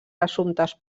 assumptes